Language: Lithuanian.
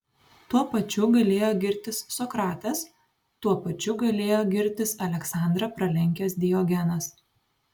tuo pačiu galėjo girtis sokratas tuo pačiu galėjo girtis aleksandrą pralenkęs diogenas